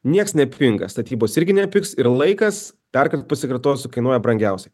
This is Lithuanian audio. nieks nepinga statybos irgi nepigs ir laikas darkart pasikartosiu kainuoja brangiausiai